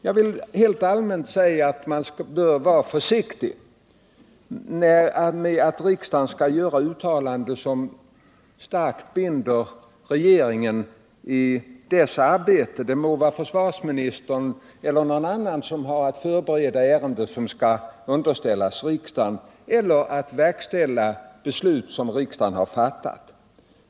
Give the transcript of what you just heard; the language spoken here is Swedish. Jag vill rent allmänt säga att riksdagen bör vara försiktig med att göra uttalanden som starkt binder regeringen i dess arbete — det må vara försvarsministern eller någon annan som har att förbereda ärenden som skall underställas riksdagen eller att verkställa beslut som riksdagen har fattat.